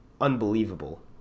unbelievable